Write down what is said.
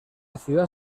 ciudad